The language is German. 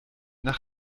nach